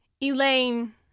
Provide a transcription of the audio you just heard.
Elaine